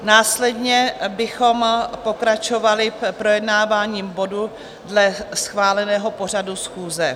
Následně bychom pokračovali v projednávání bodů dle schváleného pořadu schůze.